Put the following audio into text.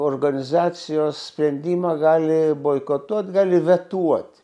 organizacijos sprendimą gali boikotuot gali vetuot